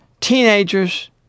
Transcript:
Teenagers